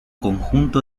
conjunto